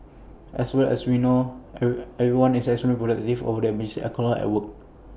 and as we all know everyone is extremely protective of their emergency alcohol at work